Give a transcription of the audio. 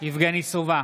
יבגני סובה,